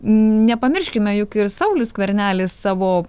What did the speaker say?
nepamirškime juk ir saulius skvernelis savo